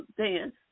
dance